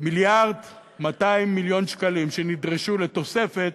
1.2 מיליארד שקלים שנדרשו לתוספת,